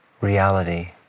reality